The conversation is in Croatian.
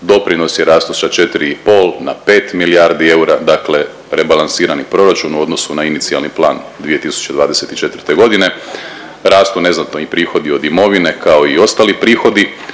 doprinosi rastu sa 4,5 na 5 milijardi eura, dakle rebalansirani proračun u odnosu na inicijalni plan 2024.g., rastu neznatno i prihodi od imovine, kao i ostali prihodi,